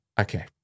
Okay